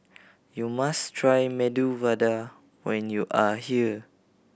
you must try Medu Vada when you are here